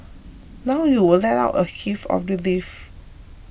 now you will let out a heave of relief